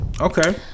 Okay